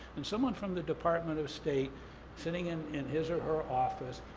and someone from the department of state sitting in in his or her office,